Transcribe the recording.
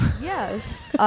Yes